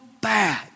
bad